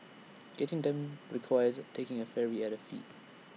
getting them requires taking A ferry at A fee